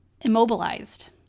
immobilized